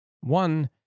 One